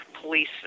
police